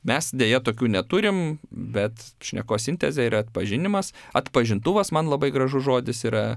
mes deja tokių neturim bet šnekos sintezė ir atpažinimas atpažintuvas man labai gražus žodis yra